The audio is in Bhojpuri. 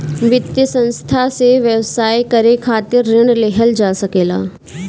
वित्तीय संस्था से व्यवसाय करे खातिर ऋण लेहल जा सकेला